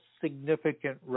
significant